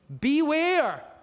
Beware